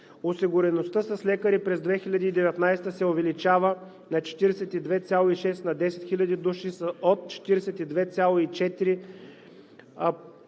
Осигуреността с лекари през 2019 г. се увеличава на 42,6 на 10 хиляди души от 42,4